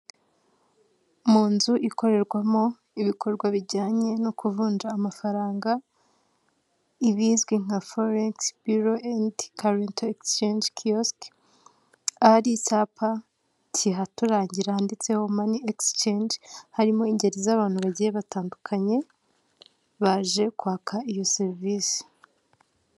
Mu nzu ikorerwamo ibikorwa bijyanye no kuvunja amafaranga ibizwi nka foregisi biro and karento egisicenje kiyosike. Ahari icyapa kihaturangira handitseho money exchange harimo ingeri z'abantu bagiye batandukanye baje kwaka iyo serivisi.